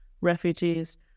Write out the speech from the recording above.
refugees